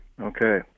okay